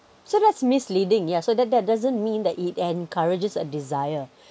so that's misleading yeah so that that doesn't mean that it encourages a desire